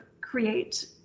create